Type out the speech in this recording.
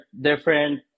different